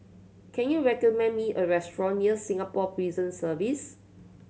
can you recommend me a restaurant near Singapore Prison Service